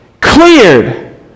cleared